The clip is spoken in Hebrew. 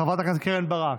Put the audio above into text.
חברת הכנסת קרן ברק,